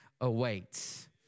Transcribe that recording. awaits